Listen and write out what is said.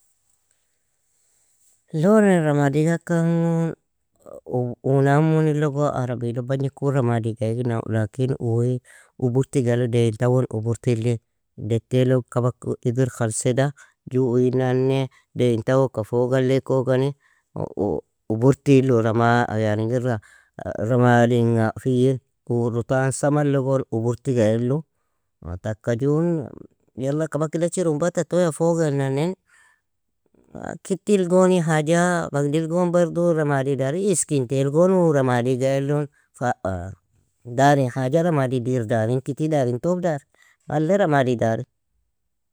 لون ramaadiga ikan gon, una imuni logo arabilo bagni ku ramadiga igina, lakin uui uburtiga il, deen tawal uburti lei, detee lo kabak idir khalseda, ju uinane deein tawoka foga le kogani uburtilo, ramaa yan ingira ramadinga fiyin, uu rutan samalog uburtigailo, taka ju yala kabaka idachiron bata toya foginani, kitil goni haja badil gon bardu ramadi darin, iskintil gon u ramadiga ilon. dari haja ramadi dirr darin, kiti darin tobdar, malle ramadi dari.